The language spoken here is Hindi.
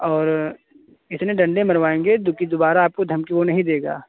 और इतने डंडे मरवाएंगे दु कि दोबारा आपको वो धमकी नहीं देगा